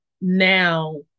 now